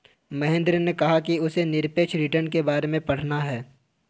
महेंद्र ने कहा कि उसे निरपेक्ष रिटर्न के बारे में पढ़ना है